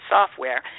Software